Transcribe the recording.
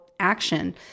action